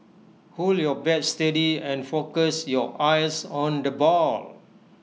hold your bat steady and focus your eyes on the ball